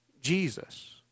Jesus